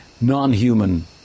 non-human